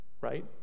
Right